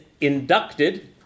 inducted